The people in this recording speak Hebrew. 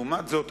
לעומת זאת,